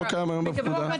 היו בזמנו גם השב"כ,